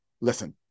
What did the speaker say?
Listen